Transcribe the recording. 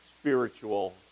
spiritual